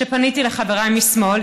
פניתי לחבריי משמאל,